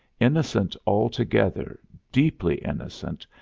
innocent altogether, deeply innocent,